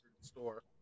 store